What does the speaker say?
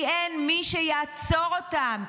כי אין מי שיעצור אותם,